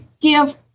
give